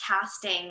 casting